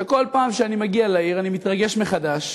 שכל פעם שאני מגיע לעיר, אני מתרגש מחדש.